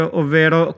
ovvero